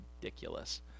ridiculous